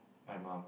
my mum